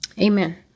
Amen